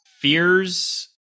fears